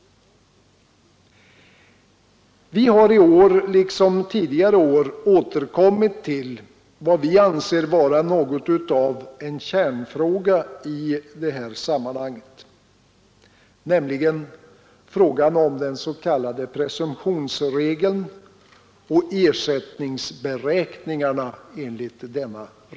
Vi har i år liksom tidigare år återkommit till vad vi anser vara något av en kärnfråga i detta sammanhang, nämligen frågan om den s.k. presumtionsregeln och ersättningsberäkningarna enligt denna.